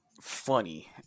funny